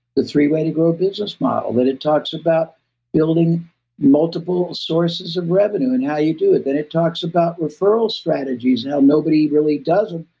the three way to grow a business model, where it talks about building multiple sources of revenue and how you do it. then, it talks about referral strategies. now, nobody really does it,